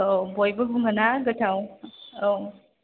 औ बयबो बुङोना गोथाव औ